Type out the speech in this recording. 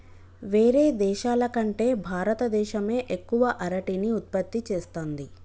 వేరే దేశాల కంటే భారత దేశమే ఎక్కువ అరటిని ఉత్పత్తి చేస్తంది